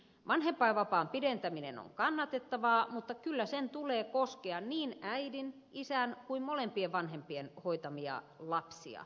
vanhempainvapaan pidentäminen on kannatettavaa mutta kyllä sen tulee koskea niin äidin isän kuin molempien vanhempien hoitamia lapsia